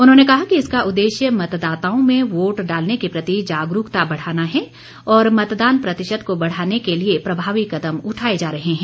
उन्होंने कहा कि इसका उद्देश्य मतदाताओं में वोट डालने के प्रति जागरूकता बढ़ाना है और मतदान प्रतिशत को बढ़ाने के लिए प्रभावी कदम उठाए जा रहे हैं